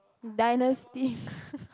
dynasty